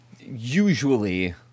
usually